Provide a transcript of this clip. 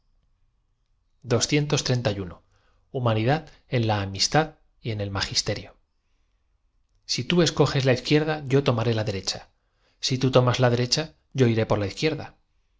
les irrita umanidad tn la amistad y en el magisterio s i tú escoges la izquierda yo tomaré la derecha si tú tomas la derecha yo iré por la izquierda